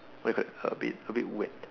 what you call that a bit a bit wet